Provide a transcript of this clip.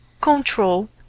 control